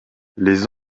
les